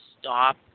stop